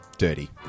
Dirty